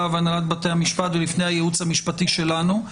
והנהלת בתי המשפט ולפני הייעוץ המשפטי שלנו.